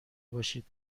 باشید